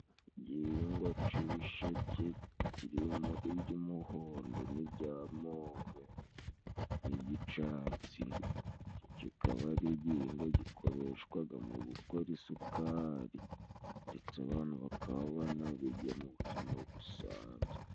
Igihingwa c'ibisheke kirimo iby'umuhondo, n'iby'a move, n'iby'icatsi. Kikaba ari igihingwa gikoreshwaga mu gukora isukari, ndetse abantu bakaba banabijya mu buzima busanzwe.